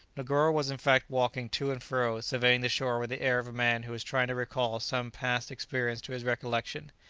negoro was in fact walking to and fro, surveying the shore with the air of a man who was trying to recall some past experience to his recollection.